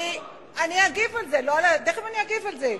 אני אגיב על זה, תיכף אני אגיב על זה.